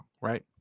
right